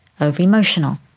over-emotional